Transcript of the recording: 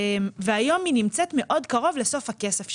והיום היא נמצאת מאוד קרוב לסוף הכסף שלה.